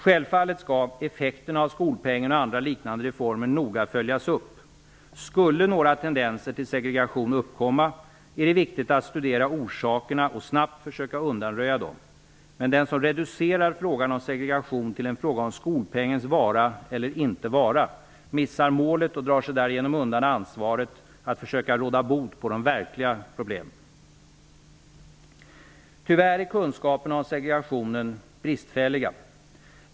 Självfallet skall effekterna av skolpengen och andra liknande reformer noga följas upp. Skulle några tendenser till segregation uppkomma är det viktigt att studera orsakerna och snabbt försöka undanröja dem. Men den som reducerar frågan om segregation till en fråga om skolpengens vara eller inte vara missar målet och drar sig därigenom undan ansvaret att försöka råda bot på de verkliga problemen. Tyvärr är kunskaperna om segregationen bristfälliga.